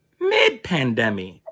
mid-pandemic